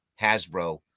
Hasbro